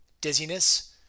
dizziness